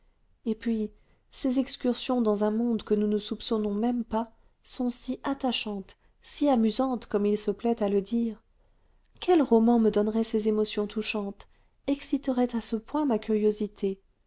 et puis ces excursions dans un monde que nous ne soupçonnons même pas sont si attachantes si amusantes comme il se plaît à le dire quel roman me donnerait ces émotions touchantes exciterait à ce point ma curiosité